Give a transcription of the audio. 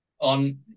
on